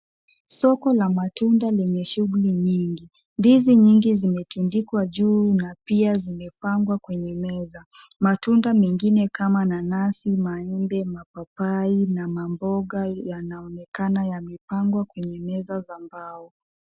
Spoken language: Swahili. Soko la matunda lenye shughuli nyingi. Ndizi nyingi zimetundikwa juu na pia zimepangwa kwenye meza. Matunda mengine kama nanasi, maembe, mapapai na mamboga yanaonekana yamepangwa kwenye meza za mbao.